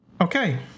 okay